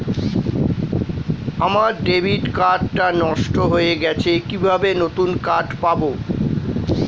আমার debit card টা নষ্ট হয়ে গেছে কিভাবে নতুন কার্ড পাব?